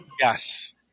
Yes